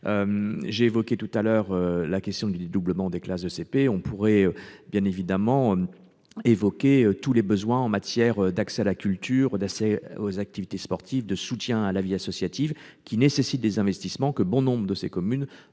J'ai évoqué tout à l'heure la question du dédoublement des classes de CP. On pourrait aussi évoquer les besoins en matière d'accès à la culture et aux activités sportives, de soutien à la vie associative : ils nécessitent des investissements que bon nombre de ces communes